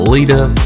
Leader